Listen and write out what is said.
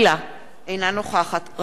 אינה נוכחת רחל אדטו,